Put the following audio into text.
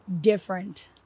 different